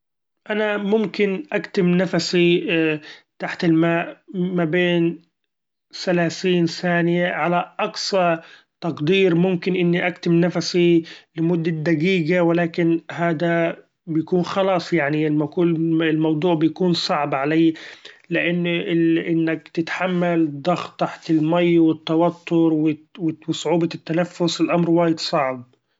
أنا ممكن اكتم نفسي ‹hesitate › تحت الماء ما بين ثلاثين ثإنية على اقصى تقدير، ممكن إني اكتم نفسي لمدة دقيقة ولكن هدا بيكون خلاص يعني بكون الموضوع بيكون صعب علي ، لإن إنك تتحمل الضغط تحت المأي والتوتر ‹hesitate › وصعوبة التنفس الامر وايد صعب.